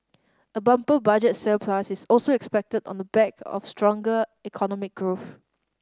a bumper Budget surplus is also expected on the back of stronger economic growth